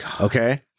Okay